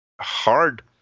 hard